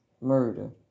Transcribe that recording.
murder